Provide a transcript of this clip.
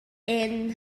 inn